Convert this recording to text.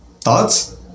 Thoughts